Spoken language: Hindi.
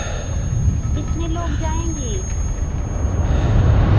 कितने लोग जाएँगी